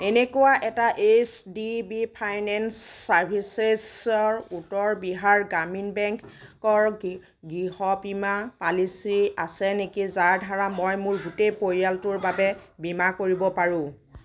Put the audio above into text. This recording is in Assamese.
এনেকুৱা এটা এইচ ডি বি ফাইনেন্স চাৰ্ভিচেছৰ উত্তৰ বিহাৰ গ্ৰামীণ বেংকৰ গৃহ বীমা পলিচী আছে নেকি যাৰ দ্বাৰা মই মোৰ গোটেই পৰিয়ালটোৰ বাবে বীমা কৰিব পাৰোঁ